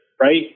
right